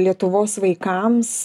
lietuvos vaikams